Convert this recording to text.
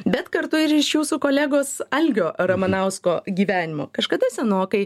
bet kartu ir iš jūsų kolegos algio ramanausko gyvenimo kažkada senokai